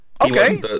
Okay